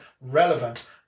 relevant